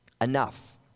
Enough